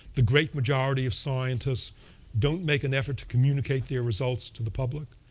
the great majority of scientists don't make an effort to communicate the results to the public.